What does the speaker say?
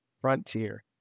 Frontier